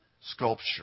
sculpture